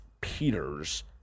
Peter's